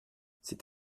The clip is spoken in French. c’est